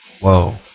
Whoa